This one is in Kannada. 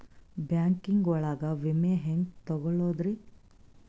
ಬ್ಯಾಂಕಿಂಗ್ ಒಳಗ ವಿಮೆ ಹೆಂಗ್ ತೊಗೊಳೋದ್ರಿ?